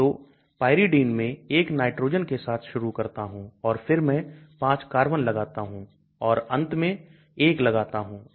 तो Pyridine मैं 1 nitrogen के साथ शुरु करता हूं और फिर मैं 5 कार्बन लगाता हूं और फिर अंत में 1 लगाता हूं